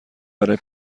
برای